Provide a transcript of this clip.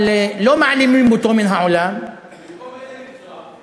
אבל לא מעלימים אותו מן העולם, במקום איזה מקצוע?